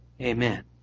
Amen